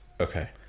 okay